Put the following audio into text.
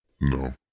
No